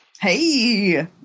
Hey